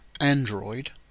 Android